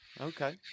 Okay